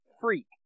freak